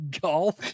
Golf